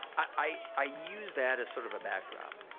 i use that as sort of a backdrop.